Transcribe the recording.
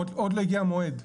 עוד לא הגיע המועד.